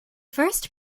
first